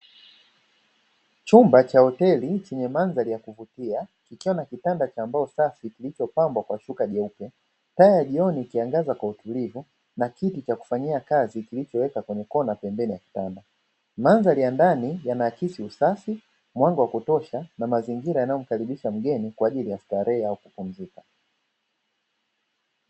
Chumba cha hoteli chenye mandhari ya kuvutia ikiwa na kitanda cha mbao safi kilichopambwa kwa shuka jeupe. Taa ya jioni ikiangaza kwa utulivu na kiti cha kufanyia kazi kimewekwa kwenye kona pembeni. Mandhari ya ndani yanaakisi usafi, mwanga wa kutosha na mazingira yanayo mkaribisha mgeni kwa ajili ya starehe au kupumzika.